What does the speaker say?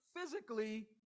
physically